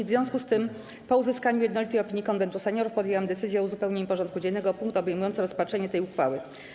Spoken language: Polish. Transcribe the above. W związku z tym, po uzyskaniu jednolitej opinii Konwentu Seniorów, podjęłam decyzję o uzupełnieniu porządku dziennego o punkt obejmujący rozpatrzenie tej uchwały.